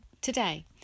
today